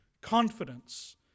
confidence